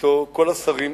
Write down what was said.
ואתו כל השרים,